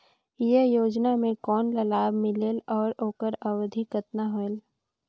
ये योजना मे कोन ला लाभ मिलेल और ओकर अवधी कतना होएल